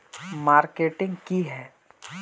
Marketing की है?